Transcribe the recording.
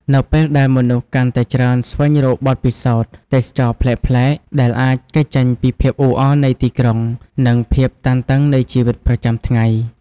នៅពេលដែលមនុស្សកាន់តែច្រើនស្វែងរកបទពិសោធន៍ទេសចរណ៍ប្លែកៗ ដែលអាចគេចចេញពីភាពអ៊ូអរនៃទីក្រុង និងភាពតានតឹងនៃជីវិតប្រចាំថ្ងៃ។